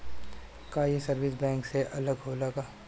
का ये service bank से अलग होला का?